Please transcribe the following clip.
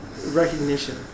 recognition